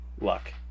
luck